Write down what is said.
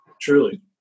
truly